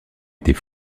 était